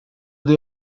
they